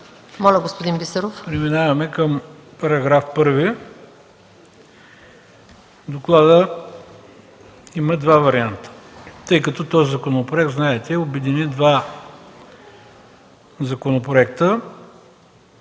Преминаваме към § 1. В доклада има два варианта, тъй като този законопроект, знаете, обедини два законопроекта: